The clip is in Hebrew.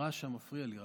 הרעש שם מפריע לי.